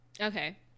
Okay